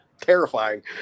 terrifying